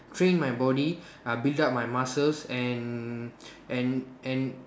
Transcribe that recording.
train my body uh build up my muscles and and and